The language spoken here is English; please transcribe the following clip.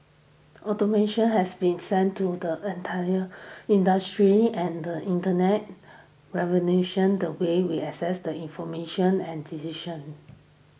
automation has been sent to the entire industries and the Internet revolution the way we access the information and decisions